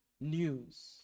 news